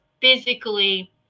physically